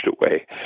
away